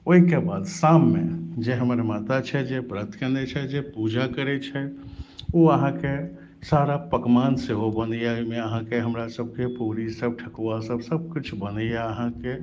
ओहिके बाद शाममे जे हमर माता छै जे व्रत केने छै जे पूजा करै छै ओ अहाँके सारा पकवान सेहो बनैया ओहिमे अहाँके हमरा सभके पूरी सभ ठकुआ सभ सभकिछु बनैया अहाँके